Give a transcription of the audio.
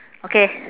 okay